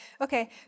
Okay